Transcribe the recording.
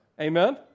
Amen